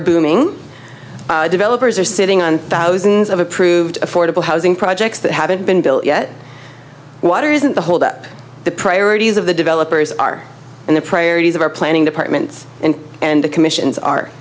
booming developers are sitting on thousands of approved affordable housing projects that haven't been built yet water isn't the hold up the priorities of the developers are and the priorities of our planning department and the commissions are